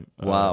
Wow